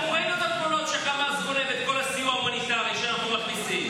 עד לפני המלחמה הוא ינק וגם קיבל תמ"ל, עכשיו